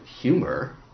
humor